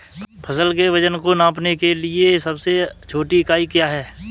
फसल के वजन को नापने के लिए सबसे छोटी इकाई क्या है?